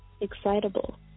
excitable